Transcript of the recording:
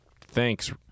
thanks